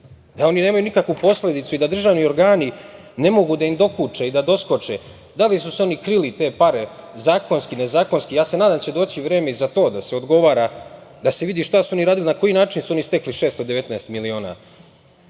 da oni nemaju nikakvu posledicu i da državni organi ne mogu da im dokuče i da doskoče. Da li su oni krili te pare zakonski, nezakonski ja se nadam da će doći vreme i za to da se odgovara, da se vidi šta su oni radili i na koji način su oni stekli 619 miliona,